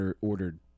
ordered